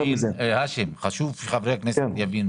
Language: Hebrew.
חשוב שחברי הכנסת יבינו